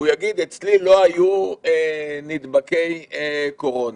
והוא יגיד אצלי לא היו נדבקי קורונה,